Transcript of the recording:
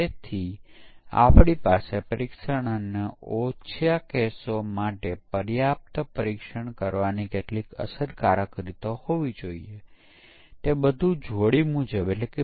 અને આપણે તપાસીએ છીએ કે પ્રોગ્રામમાં આવશ્યક એલિમેન્ટ આવરી લેવામાં આવ્યા છે કે કેમ